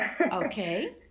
Okay